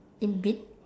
it bit